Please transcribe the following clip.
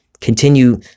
Continue